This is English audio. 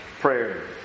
prayer